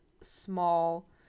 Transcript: small